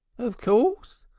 of course.